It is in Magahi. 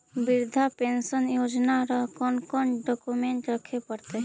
वृद्धा पेंसन योजना ल कोन कोन डाउकमेंट रखे पड़तै?